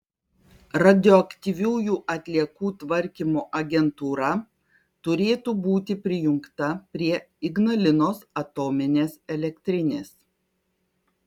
radioaktyviųjų atliekų tvarkymo agentūra turėtų būti prijungta prie ignalinos atominės elektrinės